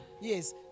Yes